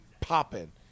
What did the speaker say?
popping